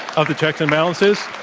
of the checks and balances?